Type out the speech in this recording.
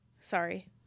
sorry